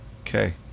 okay